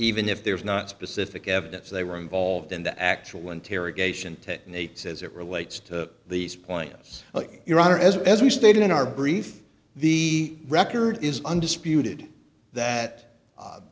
even if there is not specific evidence they were involved in the actual interrogation techniques as it relates to these pointers your honor as as we stated in our brief the record is undisputed that